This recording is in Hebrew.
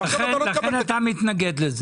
לכן אתה מתנגד.